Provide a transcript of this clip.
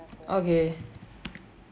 okay